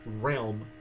realm